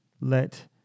let